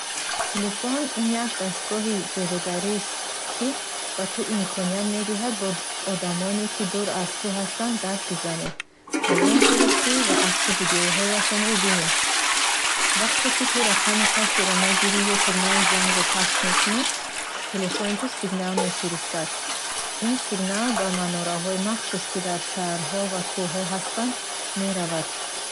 Телефон — ин як дастгоҳи ҷодугарист, ки ба ту имконият медиҳад бо одамоне, ки дур аз ту ҳастанд, гап бизанӣ, паём фиристӣ ва аксу видеоҳояшонро бинӣ. Вақте ки ту рақами касеро мегирӣ ё тугмаи зангро пахш мекунӣ, телефони ту сигнал мефиристад. Ин сигнал ба манораҳои махсус, ки дар шаҳрҳо ва кӯҳҳо ҳастанд, меравад.